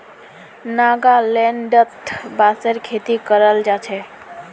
नागालैंडत बांसेर खेती कराल जा छे